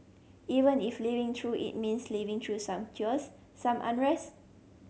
even if living through it means living through some chaos some unrest